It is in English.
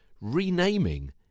renaming